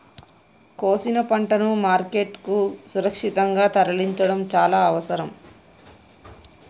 కోసిన పంటను మార్కెట్ కు సురక్షితంగా తరలించడం చాల అవసరం